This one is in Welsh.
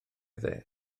dde